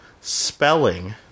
spelling